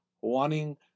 wanting